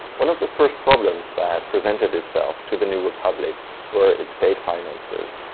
one of the first problems that presented itself to the new republic were its state finances.